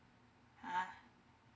!huh!